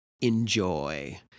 enjoy